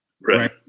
Right